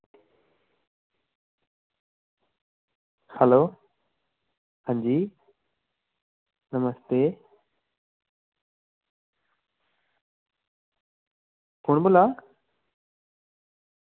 hello हां जी नमस्ते कु'न बोला दा